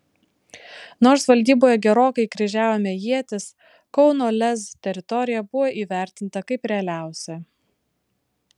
nors valdyboje gerokai kryžiavome ietis kauno lez teritorija buvo įvertinta kaip realiausia